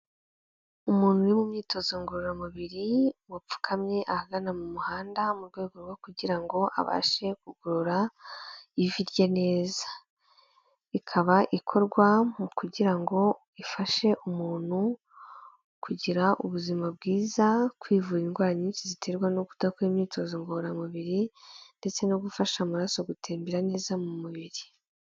Umuntu uri mu myitozo ngororamubiri wapfukamye ahagana mu muhanda mu rwego rwo kugira ngo abashe kugorora ivi rye neza, ikaba ikorwa mu kugira ngo ifashe umuntu kugira ubuzima bwiza, kwivura indwara nyinshi ziterwa no kudakora imyitozo ngororamubiri ndetse no gufasha amaraso gutembera neza mu mubiri.